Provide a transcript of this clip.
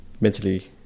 mentally